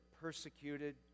persecuted